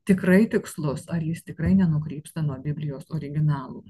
tikrai tikslus ar jis tikrai nenukrypsta nuo biblijos originalų